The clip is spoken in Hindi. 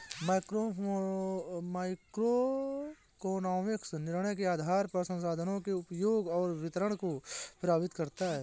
माइक्रोइकोनॉमिक्स निर्णयों के आधार पर संसाधनों के उपयोग और वितरण को प्रभावित करता है